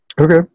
Okay